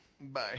Bye